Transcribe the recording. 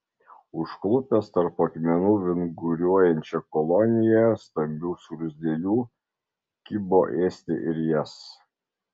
užklupęs tarp akmenų vinguriuojančią koloniją stambių skruzdėlių kibo ėsti ir jas